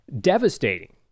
devastating